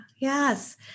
Yes